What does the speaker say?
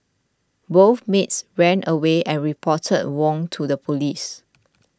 both maids ran away and reported Wong to the police